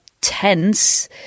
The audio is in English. tense